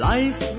Life